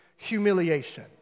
Humiliation